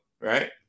right